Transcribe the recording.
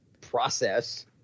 process